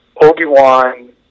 Obi-Wan